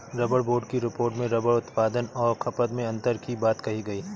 rubber board की report में rubber उत्पादन और खपत में अन्तर की बात कही गई